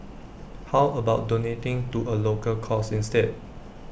how about donating to A local cause instead